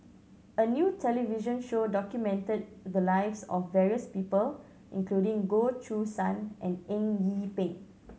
a new television show documented the lives of various people including Goh Choo San and Eng Yee Peng